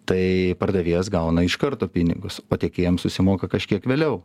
tai pardavėjas gauna iš karto pinigus o tiekėjam susimoka kažkiek vėliau